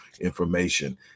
information